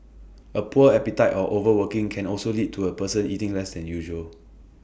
A poor appetite or overworking can also lead to A person eating less than usual